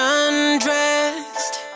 undressed